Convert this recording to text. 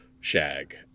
shag